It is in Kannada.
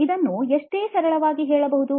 ಇದನ್ನುಅಷ್ಟೇ ಸರಳವಾಗಿ ಹೇಳಬಹುದು